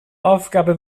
aufgabe